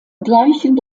gleichen